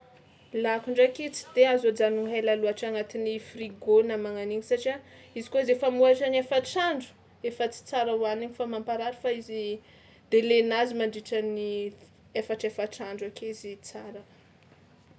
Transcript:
Lako ndraiky tsy de azo ajanona hela loatra agnatin'ny frigo na mana an'igny satria izy kôa izy efa mihoatra ny efatra andro, efa tsy tsara hohanigny fa mampaharary fa izy délai-nazy mandritran'ny efatrefatra andro ake izy tsara.